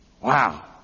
Wow